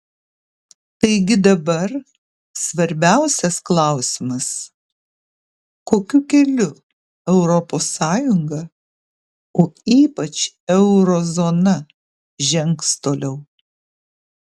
taigi dabar svarbiausias klausimas kokiu keliu europos sąjunga o ypač euro zona žengs toliau